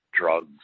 drugs